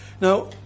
Now